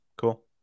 Cool